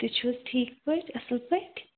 تُہۍ چھِو حظ ٹھیٖک پٲٹھۍ اَصٕل پٲٹھۍ